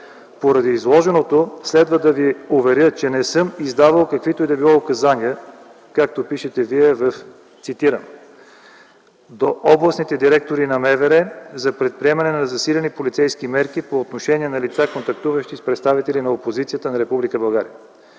Поради изложеното следва да Ви уверя, че не съм издавал каквито и да било указания, както пишете Вие, цитирам: „До областните директори на МВР за предприемане на засилени полицейски мерки по отношение на лица, контактуващи с представителите на опозицията на